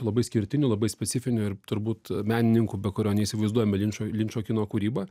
labai išskirtiniu labai specifiniu ir turbūt menininku be kurio neįsivaizduojame linčo linčo kino kūrybą